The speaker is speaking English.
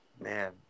man